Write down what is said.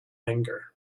anger